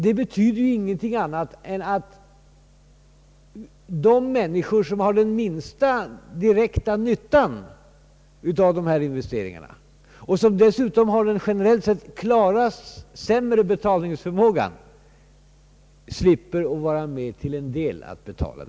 Det betyder ju ingenting annat än att de människor, som har den minsta direkta nyttan av dessa investeringar och som dessutom har den generellt sett sämre betalningsförmågan, till en del slipper att vara med och betala.